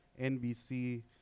NBC